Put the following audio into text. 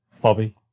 Bobby